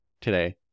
today